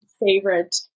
favorite